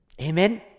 Amen